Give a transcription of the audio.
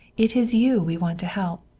it is you we want to help.